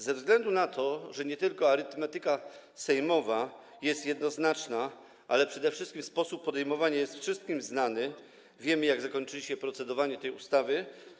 Ze względu na to, że nie tylko arytmetyka sejmowa jest jednoznaczna, ale przede wszystkim sposób podejmowania jest wszystkim znany, wiemy, jak zakończy się procedowanie nad tą ustawą.